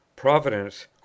providence